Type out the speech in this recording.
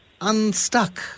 unstuck